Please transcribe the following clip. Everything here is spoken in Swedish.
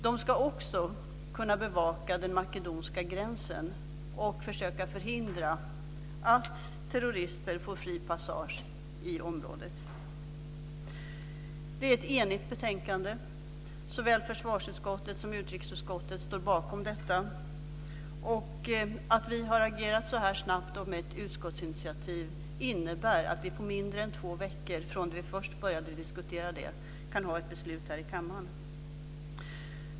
De ska också kunna bevaka den makedoniska gränsen och försöka förhindra att terrorister får fri passage i området. Det är ett enigt betänkande. Såväl försvarsutskottet som utrikesutskottet står bakom detta. Att vi har agerat så snabbt med ett utskottsinitiativ innebär att vi på mindre än två veckor från det vi först började diskutera frågan kan komma till ett beslut i kammaren.